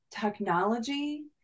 technology